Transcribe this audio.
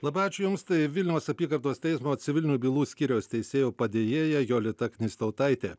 labai ačiū jums tai vilniaus apygardos teismo civilinių bylų skyriaus teisėjo padėjėja jolita knystautaitė